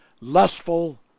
lustful